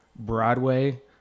Broadway